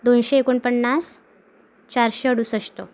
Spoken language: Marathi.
दोनशे एकोणपन्नास चारशे अडुसष्ट